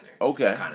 Okay